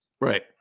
Right